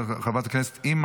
חבר הכנסת ואליד אלהואשלה,